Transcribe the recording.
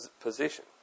position